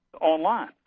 online